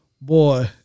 boy